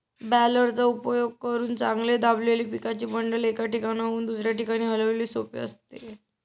बॅलरचा उपयोग करून चांगले दाबलेले पिकाचे बंडल, एका ठिकाणाहून दुसऱ्या ठिकाणी हलविणे सोपे असते